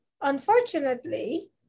unfortunately